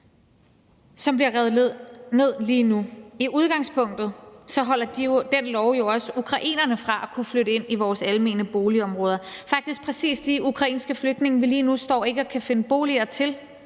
som bliver revet ned lige nu. I udgangspunktet holder den lov jo også ukrainerne fra at kunne flytte ind i vores almene boligområder. Det er faktisk præcis de ukrainske flygtninge, som vi med den ene hånd lige nu står og ikke kan finde boliger til.